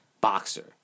boxer